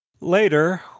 Later